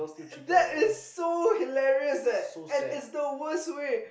that is so hilarious leh and it's the worst way